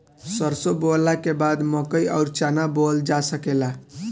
सरसों बोअला के बाद मकई अउर चना बोअल जा सकेला